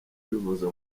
kwivuriza